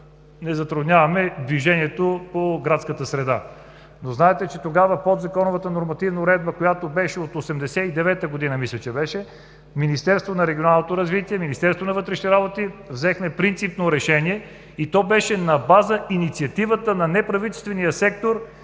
не затрудняваме движението по градската среда, но знаете, че тогава подзаконовата нормативна уредба, която, мисля, че беше от 1989 г., – Министерството на регионалното развитие и Министерството на вътрешните работи взехме принципно решение, то беше на база инициативата на неправителствения сектор